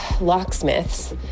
locksmiths